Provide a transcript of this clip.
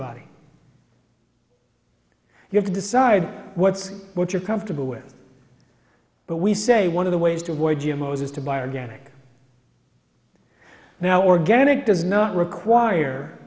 body you have to decide what's what you're comfortable with but we say one of the ways to avoid g m o's is to buy organic now organic does not require